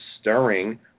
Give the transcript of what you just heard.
stirring